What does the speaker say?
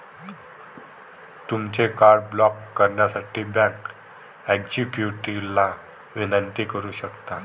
तुमचे card block करण्यासाठी bank एक्झिक्युटिव्हला विनंती करू शकता